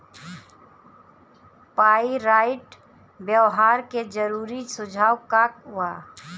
Pyrite व्यवहार के जरूरी सुझाव का वा?